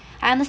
I understand